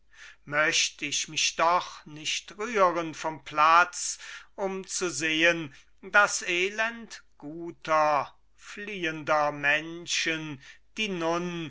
möcht ich mich doch nicht rühren vom platz um zu sehen das elend guter fliehender menschen die